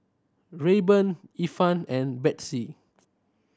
Rayban Ifan and Betsy